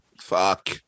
fuck